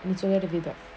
internal will be bad